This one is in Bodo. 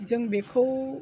जों बेखौ